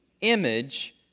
image